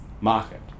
market